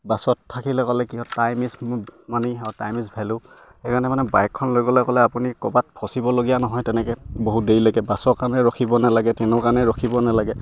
বাছত থাকিলে গ'লে কি হয় টাইম ইজ মণি মানে টাইম ইজ ভেলু সেইকাৰণে মানে বাইকখন লৈ গ'লে ক'লে আপুনি ক'ৰবাত ফচিবলগীয়া নহয় তেনেকে বহুত দেৰিলৈকে বাছৰ কাৰণে ৰখিব নালাগে ট্ৰেনৰ কাৰণে ৰখিব নালাগে